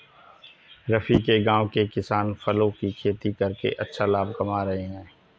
रफी के गांव के किसान फलों की खेती करके अच्छा लाभ कमा रहे हैं